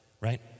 right